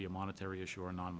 be a monetary issue or a non